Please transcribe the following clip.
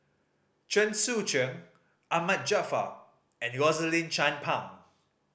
Chen Sucheng Ahmad Jaafar and Rosaline Chan Pang